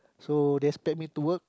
so they expect me to work